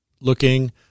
looking